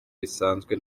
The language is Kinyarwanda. bisanzwe